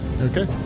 Okay